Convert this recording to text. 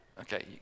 Okay